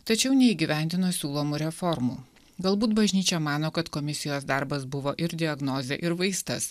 tačiau neįgyvendino siūlomų reformų galbūt bažnyčia mano kad komisijos darbas buvo ir diagnozė ir vaistas